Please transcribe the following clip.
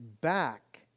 back